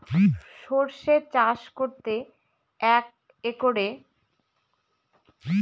সরষে চাষ করতে একরে কত কিলোগ্রাম রাসায়নি সারের দরকার?